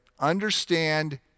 understand